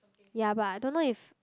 ya but I don't know if